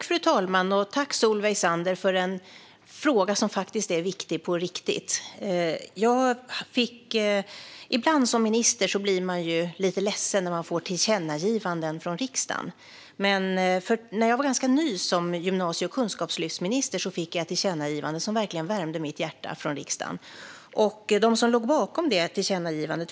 Fru talman! Tack, Solveig Zander, för en fråga som är viktig på riktigt! Ibland blir man som minister lite ledsen när man får tillkännagivanden från riksdagen. Men när jag var ganska ny som gymnasie och kunskapslyftsminister fick jag ett tillkännagivande från riksdagen som verkligen värmde mitt hjärta. Jag vill gärna nämna dem som låg bakom detta tillkännagivande.